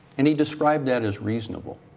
and he described that is reasonable.